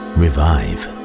revive